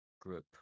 group